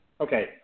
okay